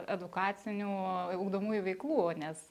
edukacinių ugdomųjų veiklų nes